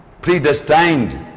predestined